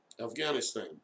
Afghanistan